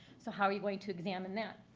so how are you going to examine that?